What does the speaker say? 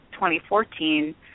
2014